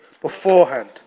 beforehand